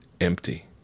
Empty